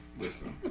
Listen